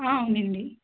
అవునండి